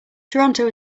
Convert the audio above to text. toronto